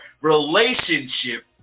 relationship